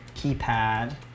keypad